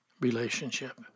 relationship